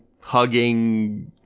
hugging